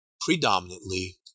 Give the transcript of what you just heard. predominantly